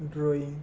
drawing